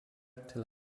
till